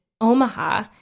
Omaha